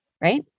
right